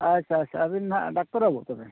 ᱟᱪᱪᱷᱟ ᱟᱪᱪᱷᱟ ᱟᱹᱵᱤᱱ ᱦᱟᱸᱜ ᱰᱟᱠᱛᱟᱨ ᱵᱟᱹᱵᱩ ᱛᱚᱵᱮ